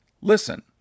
Listen